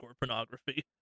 pornography